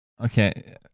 Okay